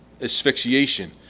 asphyxiation